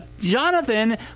Jonathan